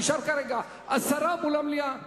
נשאר כרגע הסרה מול המליאה.